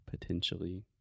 potentially